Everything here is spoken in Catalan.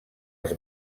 als